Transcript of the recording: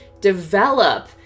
Develop